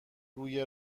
روی